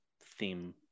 theme